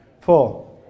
four